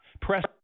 Press